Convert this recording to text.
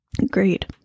Agreed